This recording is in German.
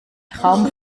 traum